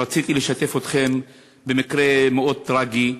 רציתי לשתף אתכם במקרה מאוד טרגי,